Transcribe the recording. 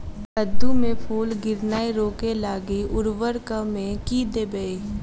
कद्दू मे फूल गिरनाय रोकय लागि उर्वरक मे की देबै?